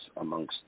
amongst